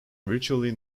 virtually